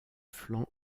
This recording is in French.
flanc